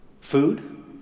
food